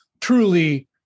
truly